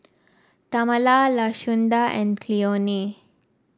Tamala Lashunda and Cleone